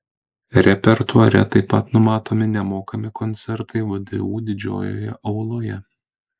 repertuare taip pat numatomi nemokami koncertai vdu didžiojoje auloje